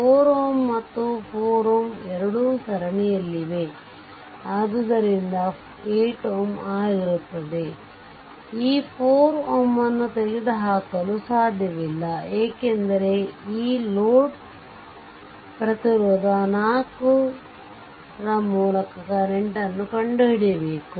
4Ω ಮತ್ತು ಈ 4Ω ಎರಡೂ ಸರಣಿಯಲ್ಲಿವೆ ಆದ್ದರಿಂದ 8Ω ಆಗಿರುತ್ತದೆ ಆದರೆ ಈ 4Ω ಅನ್ನು ತೆಗೆದುಹಾಕಲು ಸಾಧ್ಯವಿಲ್ಲ ಏಕೆಂದರೆ ಈ ಲೋಡ್ ಪ್ರತಿರೋಧ 4 through ಮೂಲಕ ಕರೆಂಟ್ ನ್ನು ಕಂಡುಹಿಡಿಯಬೇಕು